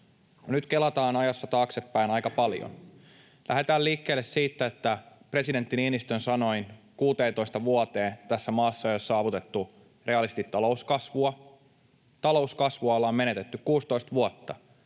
Nyt kelataan ajassa taaksepäin aika paljon. Lähdetään liikkeelle siitä, että presidentti Niinistön sanoin 16 vuoteen tässä maassa ei ole saavutettu reaalisesti talouskasvua. Talouskasvua ollaan menetetty 16 vuotta,